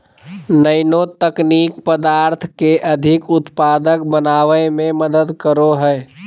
nano तकनीक पदार्थ के अधिक उत्पादक बनावय में मदद करो हइ